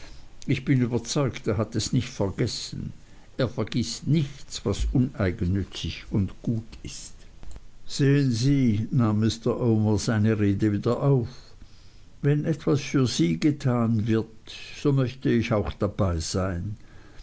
ich bin überzeugt er hat es nicht vergessen er vergißt nichts was uneigennützig und gut ist sehen sie nahm mr omer seine rede wieder auf wenn etwas für sie getan wird so möchte ich auch dabei sein